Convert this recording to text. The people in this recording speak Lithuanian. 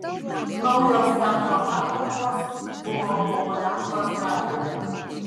naujos teatro patalpos buvo pohuliankos gatvėje